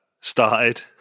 started